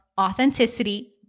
authenticity